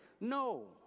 No